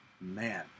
man